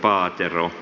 urnan